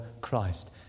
Christ